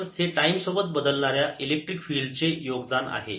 तर हे टाईम सोबत बदलणाऱ्या इलेक्ट्रिक फिल्ड चे योगदान आहे